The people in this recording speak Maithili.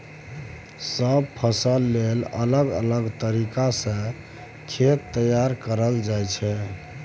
सब फसल लेल अलग अलग तरीका सँ खेत तैयार कएल जाइ छै